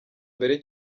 mbere